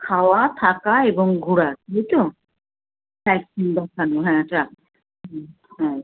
খাওয়া থাকা এবং ঘোরার বুঝছো হ্যাঁ হ্যাঁ হুম হ্যাঁ